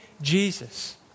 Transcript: Jesus